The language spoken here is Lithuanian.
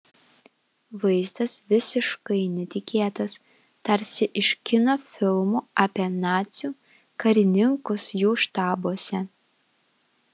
vaizdas visiškai netikėtas tarsi iš kino filmų apie nacių karininkus jų štabuose